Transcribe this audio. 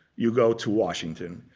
you go to washington.